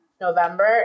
November